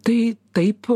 tai taip